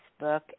Facebook